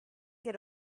get